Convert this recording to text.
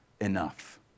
enough